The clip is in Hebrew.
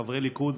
חברי ליכוד